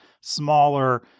smaller